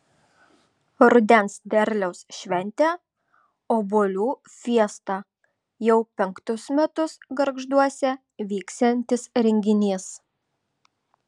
rudens derliaus šventė obuolių fiesta jau penktus metus gargžduose vyksiantis renginys